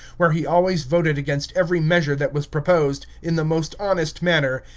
where he always voted against every measure that was proposed, in the most honest manner,